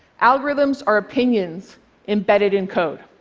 algorithms are opinions embedded in code.